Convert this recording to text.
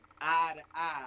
eye-to-eye